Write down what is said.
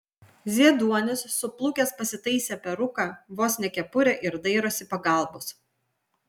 zieduonis suplukęs pasitaisė peruką vos ne kepurę ir dairosi pagalbos